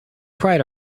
pride